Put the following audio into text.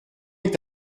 est